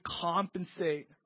compensate